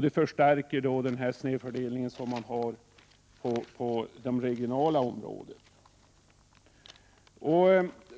Det förstärker den snedfördelning som finns på det regionala området.